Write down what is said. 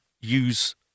use